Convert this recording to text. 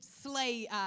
slay